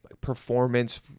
performance